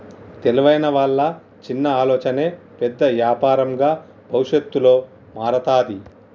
తెలివైన వాళ్ళ చిన్న ఆలోచనే పెద్ద యాపారంగా భవిష్యత్తులో మారతాది